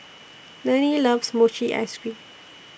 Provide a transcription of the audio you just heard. Lanie loves Mochi Ice Cream